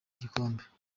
gikombe